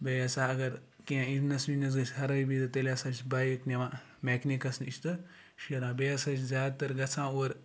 بیٚیہِ ہَسا اگر کینٛہہ اِنجنَس وِنجنَس گژھِ خرٲبی تہٕ تیٚلہِ ہَسا چھُس بایِک نِوان میٚکنِسکَس نِش تہٕ شیران بیٚیہِ ہَسا چھِ زیادٕ تر گژھان اور